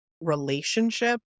relationship